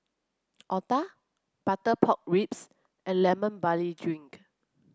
Otah Butter Pork Ribs and Lemon Barley Drink